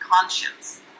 conscience